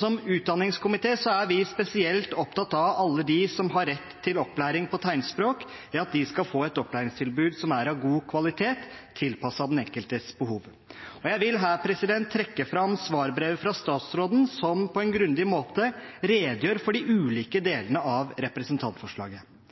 Som utdanningskomité er vi spesielt opptatt av alle dem som har rett til opplæring på tegnspråk, ved at de skal få et opplæringstilbud som er av god kvalitet og tilpasset den enkeltes behov. Jeg vil her trekke fram svarbrevet fra statsråden, som på en grundig måte redegjør for de ulike delene av representantforslaget.